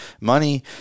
money